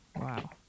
Wow